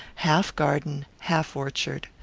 half garden, half orchard.